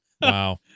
Wow